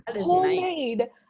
Homemade